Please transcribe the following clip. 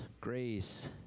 grace